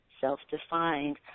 self-defined